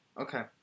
okay